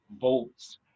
votes